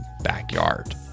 backyard